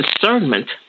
Discernment